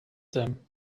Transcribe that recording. them